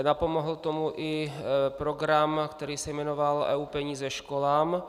Napomohl tomu i program, který se jmenoval EU peníze školám.